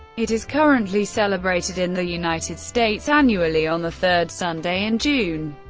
it is currently celebrated in the united states annually on the third sunday in june.